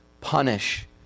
punish